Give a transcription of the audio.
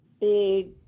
big